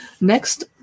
Next